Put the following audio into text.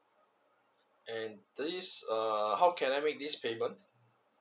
and this uh how can I make this payment